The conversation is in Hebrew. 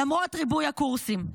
למרות ריבוי הקורסים.